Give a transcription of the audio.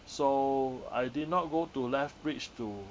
so I did not go to lethbridge to